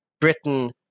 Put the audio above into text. Britain